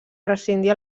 rescindir